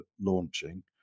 launching